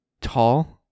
tall